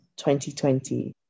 2020